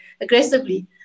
aggressively